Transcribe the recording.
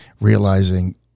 realizing